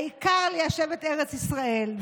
העיקר ליישב את ארץ ישראל.